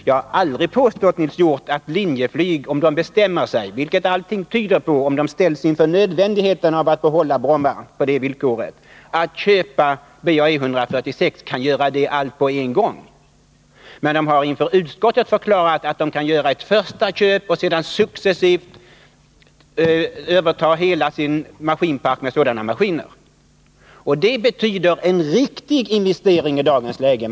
Jag har aldrig, Nils Hjorth, påstått att Linjeflyg, om bolaget bestämmer sig för att köpa BA 146 — och det tyder allting på att man gör om man på det villkoret får behålla Bromma —, kan köpa alla planen på en gång. Men Linjeflyg har inför utskottet förklarat att man kan göra ett första köp och sedan successivt byta ut hela sin maskinpark mot sådana maskiner. Det är en riktig investering i dagens läge.